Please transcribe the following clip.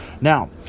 now